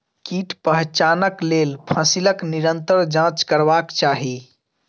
कीट पहचानक लेल फसीलक निरंतर जांच करबाक चाही